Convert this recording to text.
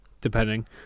depending